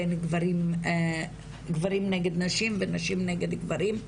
בין גברים נגד נשים ונשים נגד גברים.